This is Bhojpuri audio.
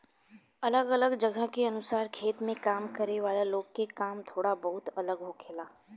अलग अलग जगह के अनुसार खेत में काम करे वाला लोग के काम थोड़ा बहुत अलग होखेला